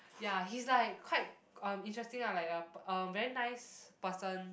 ya he's like quite um interesting lah like uh a very nice person